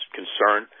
concern